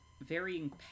varying